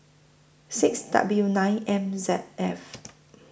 six W nine M Z F